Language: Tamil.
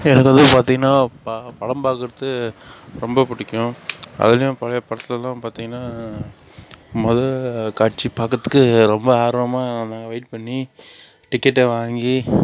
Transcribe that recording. எனக்கு வந்து பார்த்திங்கனா படம் பாக்குறது ரொம்ப பிடிக்கும் அதுலேயும் பழைய படத்துலலாம் பார்த்திங்கனா மொதல் காட்சி பார்க்குறதுக்கே ரொம்ப ஆர்வமாக நாங்கள் வெயிட் பண்ணி டிக்கட்டை வாங்கி